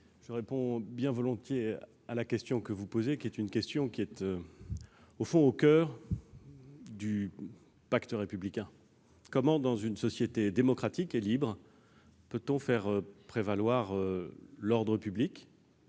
je réponds bien volontiers à la question que vous posez parce que, au fond, elle est au coeur du pacte républicain. Comment, dans une société démocratique et libre, peut-on faire prévaloir l'ordre public ?